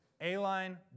A-line